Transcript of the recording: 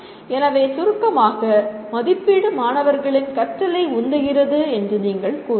எனவே சுருக்கமாக மதிப்பீடு மாணவர்களின் கற்றலை உந்துகிறது என்று நீங்கள் கூறலாம்